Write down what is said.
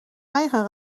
eigen